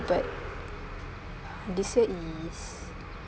but this year is